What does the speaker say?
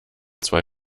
zwei